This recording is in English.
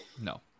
No